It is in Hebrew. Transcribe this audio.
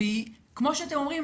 וכמו שאתם אומרים,